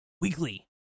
Weekly